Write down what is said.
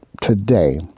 today